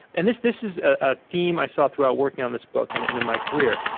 and this this is a theme i saw throughout working on this book and and in my career,